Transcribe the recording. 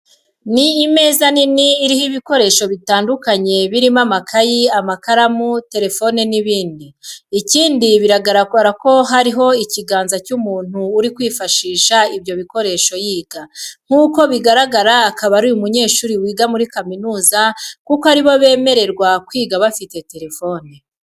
Ni imeza nini iriho ibikoresho bitandukanye birimo amakayi, amakaramu, terefone n'ibindi. Ikindi biragaragara ko hariho ikiganza cy'umuntu uri kwifashisha ibyo bikoresho yiga. Nk'uko bigaragara akaba ari umunyeshuri wiga muri kaminuza kuko ari bo bemererwa kwiga bafite terefone.